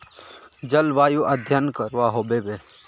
जलवायु अध्यन करवा होबे बे?